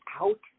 out